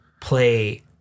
play